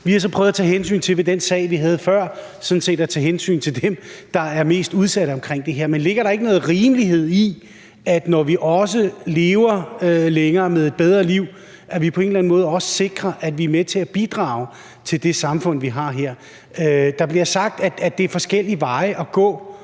Vi har så prøvet i forhold til den sag, vi havde før, sådan set at tage hensyn til dem, der er mest udsatte. Men ligger der ikke noget rimelighed i, at vi, når vi lever længere med et bedre liv, på en eller anden måde også sikrer, at vi er med til at bidrage til det samfund, vi har? Der bliver sagt, at det er forskellige veje at gå,